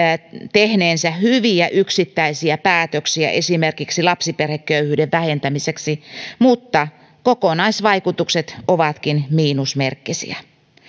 tehneensä hyviä yksittäisiä päätöksiä esimerkiksi lapsiperheköyhyyden vähentämiseksi mutta kokonaisvaikutukset ovatkin miinusmerkkisiä